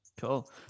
Cool